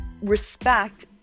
respect